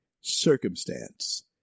circumstance